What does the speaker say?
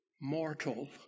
mortal